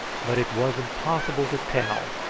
but it was impossible to tell,